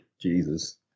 Jesus